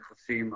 נכסים,